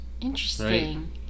Interesting